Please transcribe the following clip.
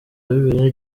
bibiliya